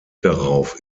darauf